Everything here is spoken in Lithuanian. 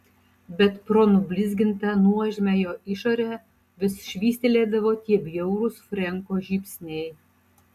bet pro nublizgintą nuožmią jo išorę vis švystelėdavo tie bjaurūs frenko žybsniai